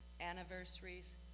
anniversaries